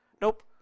Nope